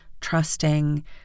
trusting